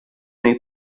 nei